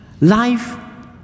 Life